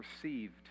perceived